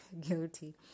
Guilty